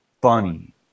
funny